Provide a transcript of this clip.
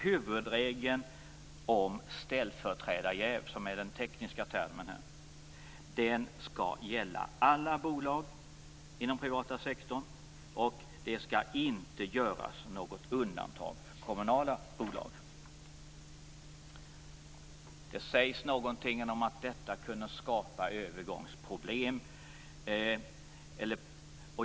Huvudregeln om ställföreträdarjäv, som är den tekniska termen, skall gälla alla bolag inom den privata sektorn och det skall inte göras något undantag för kommunala bolag. Det sägs något om att detta skulle kunna skapa övergångsproblem.